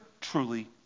truly